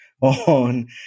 on